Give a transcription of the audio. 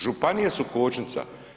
Županije su kočnica.